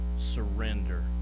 surrender